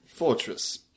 fortress